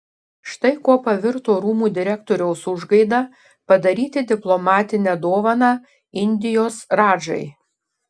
štai kuo pavirto rūmų direktoriaus užgaida padaryti diplomatinę dovaną indijos radžai